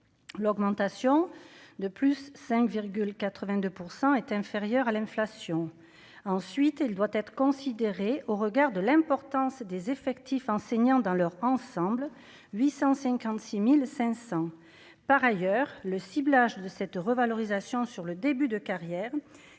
l'augmentation de plus 5 82 % est inférieure à l'inflation, ensuite, elle doit être considéré, au regard de l'importance des effectifs enseignants dans leur ensemble 856500 par ailleurs le ciblage de cette revalorisation sur le début de carrière,